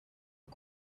are